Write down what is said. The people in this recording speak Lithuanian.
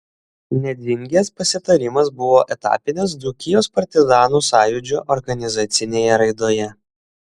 nedzingės pasitarimas buvo etapinis dzūkijos partizanų sąjūdžio organizacinėje raidoje